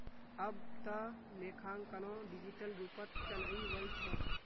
अब त लेखांकनो डिजिटल रूपत चनइ वल छ